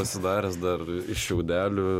pasidaręs dar iš šiaudelių